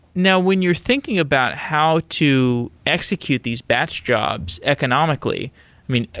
now, when you're thinking about how to execute these batch jobs economically, i mean,